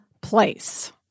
place